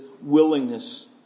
willingness